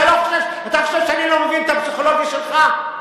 אתה חושב שאני לא מבין את הפסיכולוגיה שלך?